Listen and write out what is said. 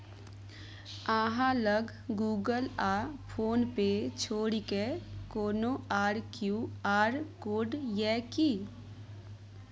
अहाँ लग गुगल आ फोन पे छोड़िकए कोनो आर क्यू.आर कोड यै कि?